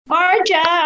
Marja